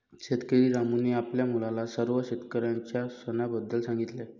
शेतकरी रामूने आपल्या मुलाला सर्व शेतकऱ्यांच्या सणाबद्दल सांगितले